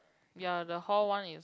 ya the hall one is